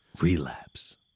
relapse